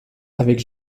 avec